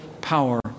power